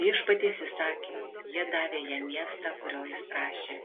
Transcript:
viešpaties įsakymu jie davė jam miestą kurio jis prašė